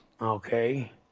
Okay